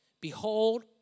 Behold